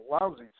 lousy